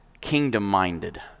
kingdom-minded